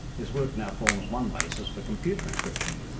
his work now forms one basis for computer encryption.